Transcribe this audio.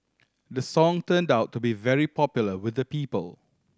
the song turned out to be very popular with the people